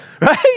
Right